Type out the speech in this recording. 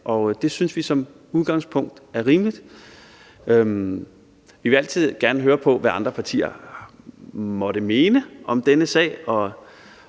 det synes vi som udgangspunkt er rimeligt. Vi vil altid gerne høre på, hvad andre partier måtte mene om denne sag.